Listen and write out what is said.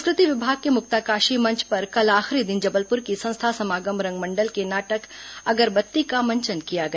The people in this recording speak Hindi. संस्कृति विभाग के मुक्ताकाशी मंच पर कल आखिरी दिन जबलपुर की संस्था समागम रंगमंडल के नाटक अगरबत्ती का मंचन किया गया